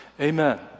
Amen